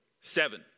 Seven